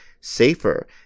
safer